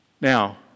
Now